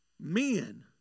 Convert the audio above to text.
Men